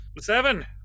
Seven